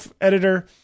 editor